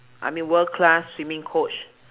I mean world class swimming coach